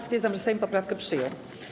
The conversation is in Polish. Stwierdzam, że Sejm poprawkę przyjął.